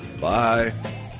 Bye